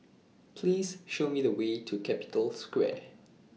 Please Show Me The Way to Capital Square